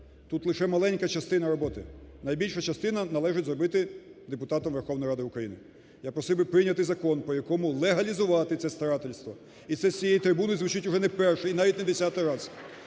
тут лише маленька частина роботи. Найбільшу частину належить зробити депутатам Верховної Ради України. Я просив би прийняти закон, по якому легалізувати це старательство, і це з цієї трибуну звучить уже не перший і навіть не десятий раз.